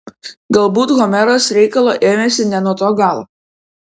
galbūt homeras reikalo ėmėsi ne nuo to galo